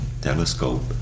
telescope